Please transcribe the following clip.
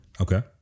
okay